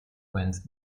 went